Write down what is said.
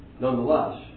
Nonetheless